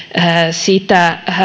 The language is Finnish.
sitä